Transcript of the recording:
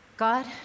God